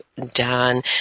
done